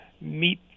meet